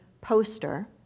poster